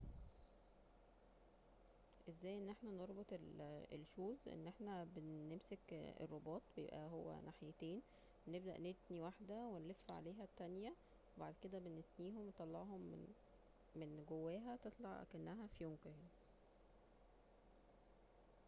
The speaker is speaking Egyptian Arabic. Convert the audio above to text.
ازاي أن احنا نربط الشوز أن احنا بنمسك الرباط بيبقا هو ناحيتين بنبدأ نتني واحده ونلف عليها التانية وبعد كده بنتنيهم ونطلعهم من جواها تطلع اكنها فيونكة يعني